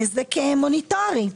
נזק מוניטרי.